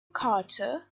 carter